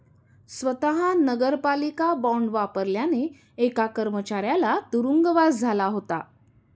स्वत नगरपालिका बॉंड वापरल्याने एका कर्मचाऱ्याला तुरुंगवास झाला होता